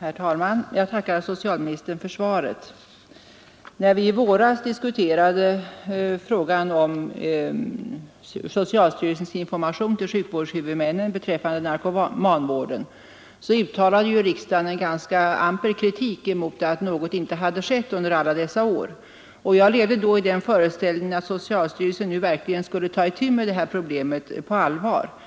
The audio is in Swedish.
Herr talman! Jag tackar socialministern för svaret. När vi i våras diskuterade frågan om socialstyrelsens information till sjukvårdshuvudmännen beträffande narkomanvården, uttalade riksdagen en ganska amper kritik mot att ingenting hade i den föreställningen att socialstyrelsen verkligen skulle ta itu med detta skett under alla dessa år. Jag levde då problem på allvar.